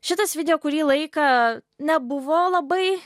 šitas video kurį laiką nebuvo labai